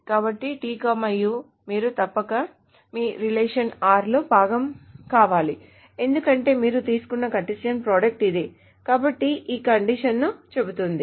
కాబట్టి t u మీరు తప్పక మీ r రిలేషన్ r లో భాగం కావాలి ఎందుకంటే మీరు తీసుకున్న కార్టెసియన్ ప్రోడక్ట్ ఇదే కాబట్టి ఈ కండిషన్ ను చెబుతుంది